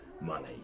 money